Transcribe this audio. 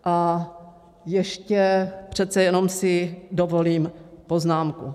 A ještě přece jenom si dovolím poznámku.